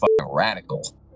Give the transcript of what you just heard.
radical